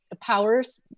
powers